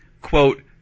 Quote